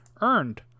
earned